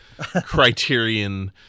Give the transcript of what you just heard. criterion